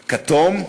כתום,